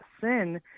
sin